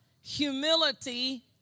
humility